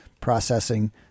processing